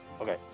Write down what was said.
okay